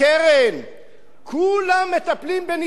כולם מטפלים בניצולי שואה,